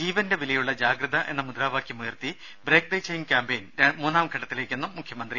ജീവന്റെ വിലയുള്ള ജാഗ്രത എന്ന മുദ്രാവാക്യമുയർത്തി ബ്രേക്ക് ദ ചെയിൻ ക്യാംപയിൻ മൂന്നാം ഘട്ടത്തിലേയ്ക്കെന്നും മുഖ്യമന്ത്രി